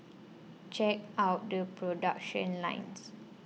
check out the production lines